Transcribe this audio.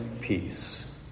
Peace